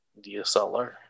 DSLR